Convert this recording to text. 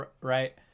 right